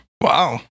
Wow